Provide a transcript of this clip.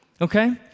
okay